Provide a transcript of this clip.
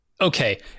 okay